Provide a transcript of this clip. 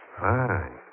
Fine